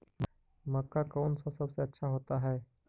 मक्का कौन सा सबसे अच्छा होता है?